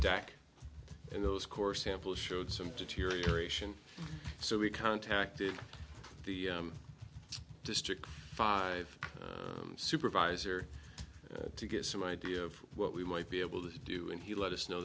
deck and those core samples showed some deterioration so we contacted the district five supervisor to get some idea of what we might be able to do and he let us know